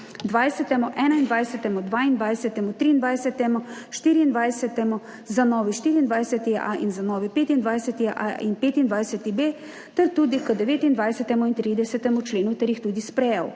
20., 21., 22., 23., 24., za novi 24.a in za novi 25.a in 25.b, ter tudi k 29. in 30. členu, ter jih tudi sprejel.